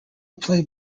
play